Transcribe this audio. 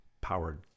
powered